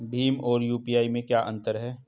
भीम और यू.पी.आई में क्या अंतर है?